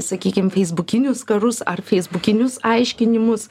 sakykim feisbukinius karus ar feisbukinius aiškinimus